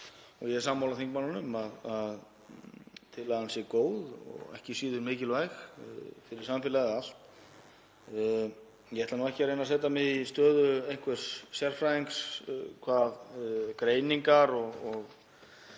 sem ég er sammála þingmanninum að sé góð og ekki síður mikilvæg fyrir samfélagið allt. Ég ætla ekki að reyna að setja mig í stöðu einhvers sérfræðings hvað greiningar og